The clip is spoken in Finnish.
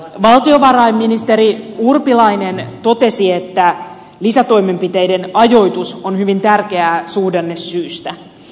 valtiovarainministeri urpilainen totesi että lisätoimenpiteiden ajoitus on hyvin tärkeää suhdannesyistä